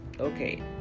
okay